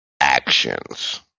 actions